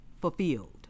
fulfilled